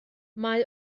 mae